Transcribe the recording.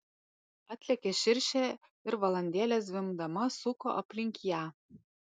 atlėkė širšė ir valandėlę zvimbdama suko aplink ją